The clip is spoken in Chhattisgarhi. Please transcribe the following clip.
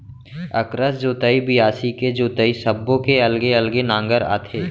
अकरस जोतई, बियासी के जोतई सब्बो के अलगे अलगे नांगर आथे